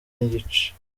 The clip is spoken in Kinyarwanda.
n’igice